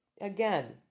Again